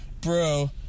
bro